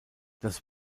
das